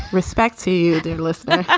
respect to the list and